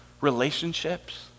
relationships